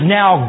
now